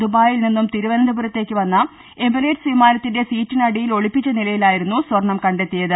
ദുബായിൽ നിന്നും തിരുവനന്തപുരത്തേക്ക് വന്ന എമിറേറ്റ്സ് വിമാനത്തിന്റെ സീറ്റിനടിയിൽ ഒളിപ്പിച്ച നിലയി ലായിരുന്നു സ്വർണ്ണം കണ്ടെത്തിയത്